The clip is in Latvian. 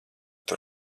tur